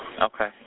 Okay